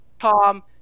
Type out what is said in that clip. Tom